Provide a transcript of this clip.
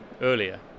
earlier